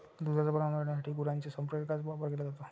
दुधाचे प्रमाण वाढविण्यासाठी गुरांच्या संप्रेरकांचा वापर केला जातो